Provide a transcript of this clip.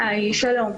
שלום.